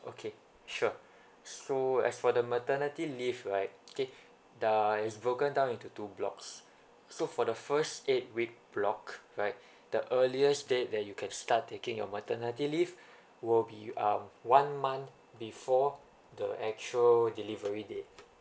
okay sure so as for the maternity leave right okay the is broken down into two blocks so for the first eight week block right the earliest date that you can start taking your maternity leave will be uh one month before the actual delivery date